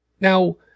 Now